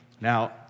Now